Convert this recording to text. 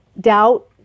doubt